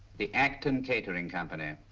the acton catering company.